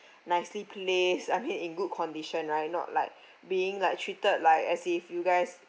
nicely placed I mean in good condition right not like being like treated like as if you guys